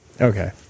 Okay